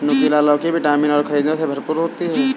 नुकीला लौकी विटामिन और खनिजों से भरपूर होती है